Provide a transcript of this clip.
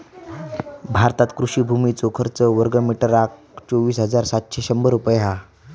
भारतात कृषि भुमीचो खर्च वर्गमीटरका चोवीस हजार सातशे शंभर रुपये हा